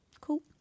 Cool